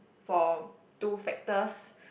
for two factors